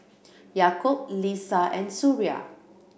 Yaakob Lisa and Suria